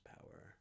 power